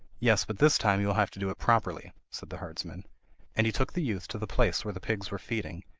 yes but this time you will have to do it properly said the herdsman and he took the youth to the place where the pigs were feeding,